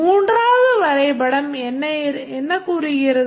மூன்றாவது வரைபடம் என்ன கூறுகிறது